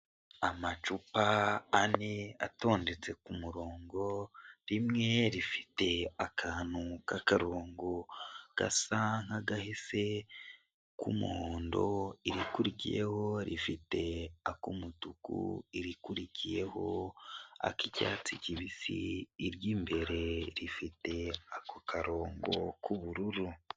Amacupa ane atondetse ku murongo rimwe rifite akantu k'akarongo gasa nk'agahese k'umuhondo, irikurikiyeho rifite ak'umutuku, irikurikiyeho ak'icyatsi kibisi, iry'imbere rifite ako karongo k'ubururu.